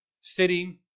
sitting